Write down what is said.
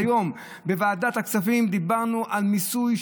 היום בוועדת הכספים דיברנו על מיסוי,